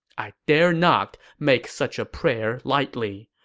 i dare not make such a prayer lightly.